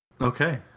Okay